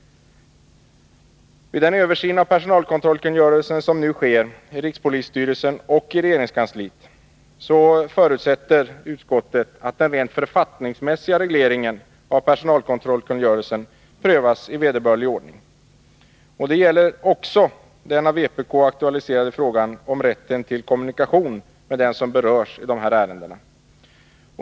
Vid den översyn av personalkontrollkungörelsen som nu sker i rikspolisstyrelsen och i regeringskansliet förutsätter utskottet att den rent författningsmässiga regleringen av personalkontrollkungörelsen prövas i vederbörlig ordning. Det gäller också den av vpk aktualiserade frågan om rätten till kommunikation med den som berörsi de här ärendena.